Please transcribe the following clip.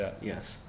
yes